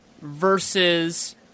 versus